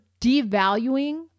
devaluing